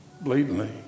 blatantly